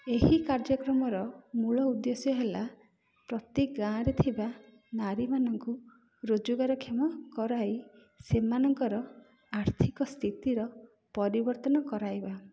ଏହି କାର୍ଯ୍ୟକ୍ରମର ମୂଳ ଉଦ୍ଦେଶ୍ୟ ହେଲା ପ୍ରତି ଗାଁରେ ଥିବା ନାରୀମାନଙ୍କୁ ରୋଜଗାରକ୍ଷମ କରାଇ ସେମାନଙ୍କର ଆର୍ଥିକ ସ୍ଥିତିର ପରିବର୍ତ୍ତନ କରାଇବା